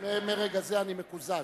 מרגע זה אני מקוזז.